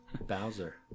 Bowser